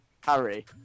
Harry